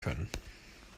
können